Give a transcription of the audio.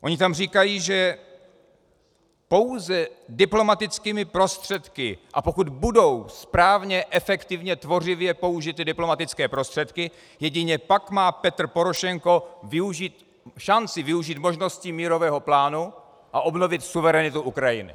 Oni tam říkají, že pouze diplomatickými prostředky, a pokud budou správně, efektivně, tvořivě použity diplomatické prostředky, jedině pak má Petro Porošenko šanci využít možností mírového plánu a obnovit suverenitu Ukrajiny.